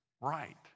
right